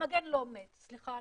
המגן לא מת, סליחה,